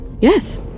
Yes